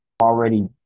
already